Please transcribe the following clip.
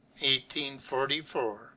1844